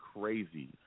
crazy